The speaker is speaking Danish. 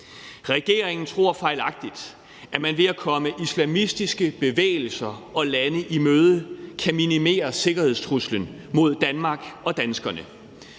Regeringen tror fejlagtigt, at man ved at komme islamistiske bevægelser og lande i møde kan minimere sikkerhedstruslen mod Danmark og danskerne.